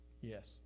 Yes